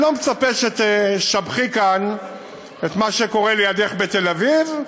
אני לא מצפה שתשבחי כאן את מה שקורה לידך בתל-אביב,